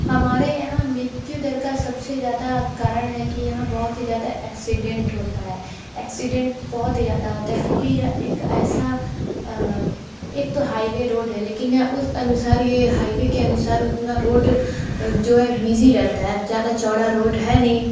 हमारे यहाँ मृत्यु दर का सब से ज़्यादा कारण है कि यहाँ बहुत ही ज़्यादा एक्सीडेंट होते हैं एक्सीडेंट बहुत ही ज़्यादा होते हैं क्योंकि यह एक ऐसा एक तो हाईवे रोड है लेकिन उस अनुसार ये हाईवे के अनुसार उतना रोड जो है बिज़ी रेहती है ज़्यादा चौड़ी रोड है नहीं